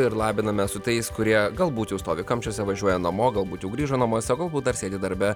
ir labinamės su tais kurie galbūt jau stovi kamščiuose važiuoja namo galbūt jau grįžo namo sakau dar sėdi darbe